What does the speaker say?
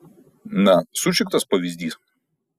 na sušiktas pavyzdys